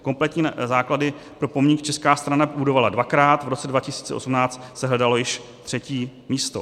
Kompletní základy pro pomník česká strana budovala dvakrát, v roce 2018 se hledalo již třetí místo.